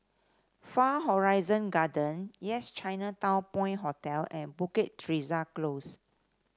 Far Horizon Gardens Yes Chinatown Point Hotel and Bukit Teresa Close